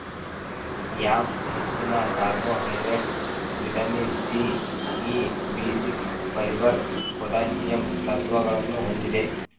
yam ಹೆಚ್ಚಿನ carbohydrates, vitamin C, E, B six, fibre, potassium ಸತ್ವಗಳನ್ನು ಹೊಂದಿದೆ